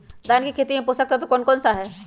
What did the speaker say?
धान की खेती में पोषक तत्व कौन कौन सा है?